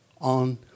on